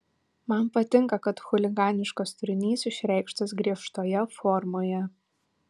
man patinka kad chuliganiškas turinys išreikštas griežtoje formoje